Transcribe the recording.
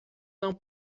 não